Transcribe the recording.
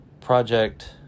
Project